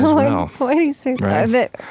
well well why do you say yeah that?